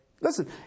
listen